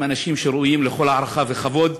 הם אנשים שראויים לכל הערכה וכבוד,